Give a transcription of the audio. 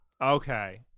Okay